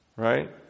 Right